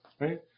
right